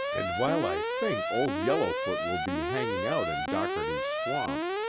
and while i think old yellowfoot will be hanging out in dockerty's swamp,